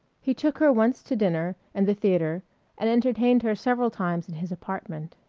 he took her once to dinner and the theatre and entertained her several times in his apartment.